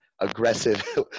aggressive